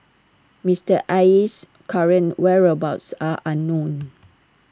Mister Aye's current whereabouts are unknown